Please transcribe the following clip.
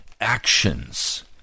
actions